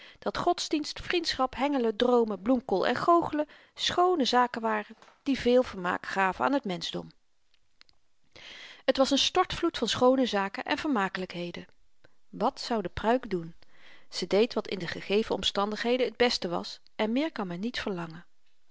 dat godsdienst vriendschap hengelen droomen bloemkool en goochelen schoone zaken waren die veel vermaak gaven aan t menschdom t was n stortvloed van schoone zaken en vermakelykheden wat zou de pruik doen ze deed wat in de gegeven omstandigheden t beste was en meer kan men niet verlangen